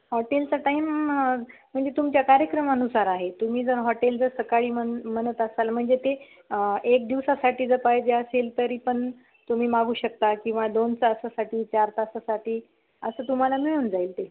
हॉटेलचा टाईम म्हणजे तुमच्या कार्यक्रमानुसार आहे तुम्ही जर हॉटेल जर सकाळी म्हण म्हणत असाल म्हणजे ते एक दिवसासाठी जर पाहिजे असेल तरी पण तुम्ही मागू शकता किंवा दोन तासासाठी चार तासासाठी असं तुम्हाला मिळून जाईल ते